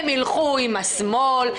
הם ילכו עם השמאל.